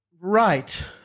Right